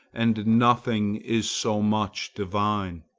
and nothing is so much divine.